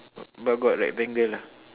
but got like bangle lah